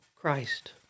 Christ